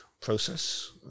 process